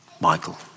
Michael